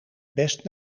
best